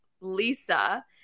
lisa